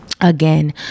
Again